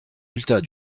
résultats